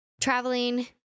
traveling